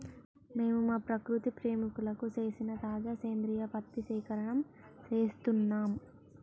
మేము మా ప్రకృతి ప్రేమికులకు సేసిన తాజా సేంద్రియ పత్తి సేకరణం సేస్తున్నం